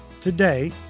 Today